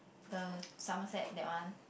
the Somerset that one